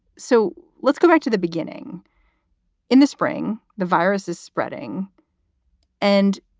so let's go back to the beginning in the spring. the virus is spreading and